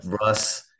Russ